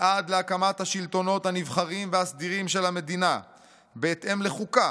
ועד להקמת השלטונות הנבחרים והסדירים של המדינה בהתאם לחוקה